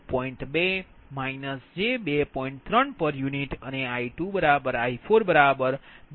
u અનેI2I42 j0